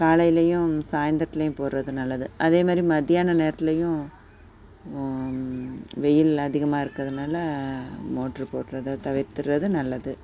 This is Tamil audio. காலையிலையும் சாயந்தரத்துலையும் போடுறது நல்லது அதே மாரி மத்யான நேரத்துலையும் வெயில் அதிகமாக இருக்கிறதுனால மோட்ரு போட்றதை தவிர்த்துறது நல்லது